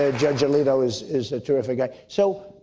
ah judge alito is is a terrific guy. so